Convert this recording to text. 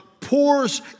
pours